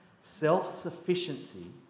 Self-sufficiency